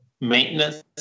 maintenance